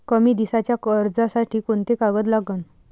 कमी दिसाच्या कर्जासाठी कोंते कागद लागन?